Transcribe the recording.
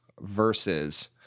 versus